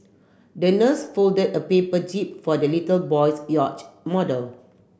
the nurse folded a paper jib for the little boy's yacht model